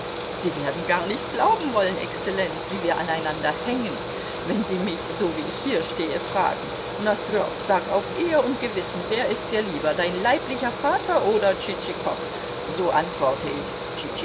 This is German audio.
sie werden gar nicht glauben wollen exzellenz wie wir aneinander hängen wenn sie mich so wie ich hier stehe fragen nosdrjow sag auf ehr und gewissen wer ist dir lieber dein leiblicher vater oder tschitschikow so antworte ich